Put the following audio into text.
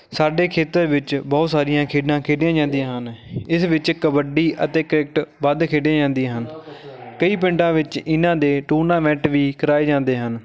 ਸਾਡੇ ਖੇਤਰ ਵਿੱਚ ਬਹੁਤ ਸਾਰੀਆਂ ਖੇਡਾਂ ਖੇਡੀਆਂ ਜਾਂਦੀਆਂ ਹਨ ਇਸ ਵਿੱਚ ਕਬੱਡੀ ਅਤੇ ਕ੍ਰਿਕਟ ਵੱਧ ਖੇਡੀਆਂ ਜਾਂਦੀਆਂ ਹਨ ਕਈ ਪਿੰਡਾਂ ਵਿੱਚ ਇਹਨਾਂ ਦੇ ਟੂਰਨਾਮੈਂਟ ਵੀ ਕਰਵਾਏ ਜਾਂਦੇ ਹਨ